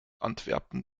antwerpen